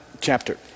chapter